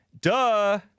Duh